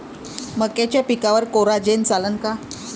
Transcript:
मक्याच्या पिकावर कोराजेन चालन का?